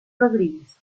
rodríguez